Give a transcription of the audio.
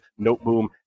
Noteboom